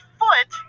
foot